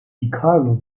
dicarlo